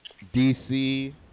DC